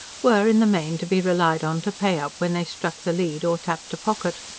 were in the main to be relied on to pay up when they struck the lead or tapped a pocket.